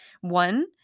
One